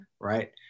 Right